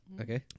Okay